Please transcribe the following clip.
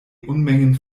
unmengen